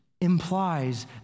implies